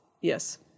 Yes